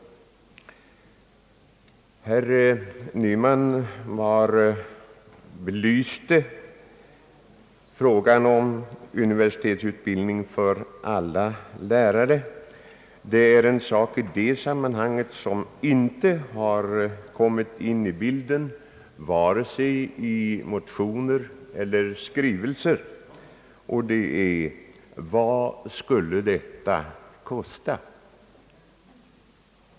Herr Nyman berörde frågan om universitetsutbildning för alla lärare. Därvidlag är det någonting som inte har kommit med i bilden vare sig i motioner eller i skrivelser, nämligen vad en sådan utbildning skulle kosta.